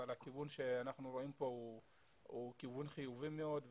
אבל הכיוון שאנחנו רואים פה הוא כיוון חיובי מאוד,